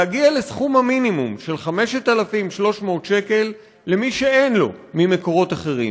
להגיע לסכום המינימום של 5,300 שקל למי שאין לו ממקורות אחרים.